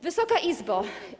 Wysoka Izbo!